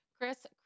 Chris